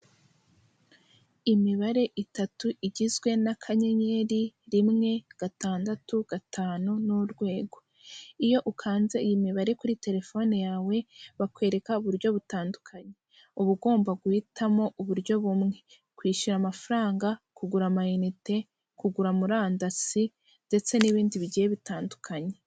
Imibare itatu igizwe n'akanyenyeri rimwe gatandatu gatanu n'urwego, iyo ukanze iyi mibare kuri telefone yawe bakwereka uburyo butandukanye, uba ugomba guhitamo uburyo bumwe kwishyura, amafaranga kugura amayinite, kugura murandasi ndetse n'ibindi bigiye bitandukanye.